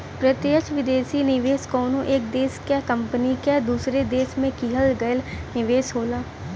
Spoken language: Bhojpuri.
प्रत्यक्ष विदेशी निवेश कउनो एक देश क कंपनी क दूसरे देश में किहल गयल निवेश होला